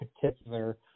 particular